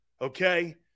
okay